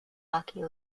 hockey